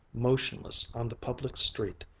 motionless on the public street.